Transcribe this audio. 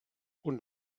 und